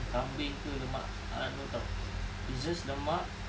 kambing ke lemak ah no [tau] it's just lemak